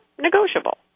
negotiable